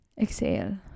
Exhale